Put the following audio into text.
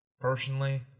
Personally